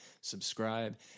subscribe